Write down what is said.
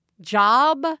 job